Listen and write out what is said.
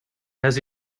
has